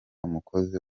umukozi